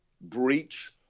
breach